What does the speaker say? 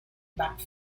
buck